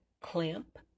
Clamp